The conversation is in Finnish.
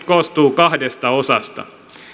koostuu kahdesta osasta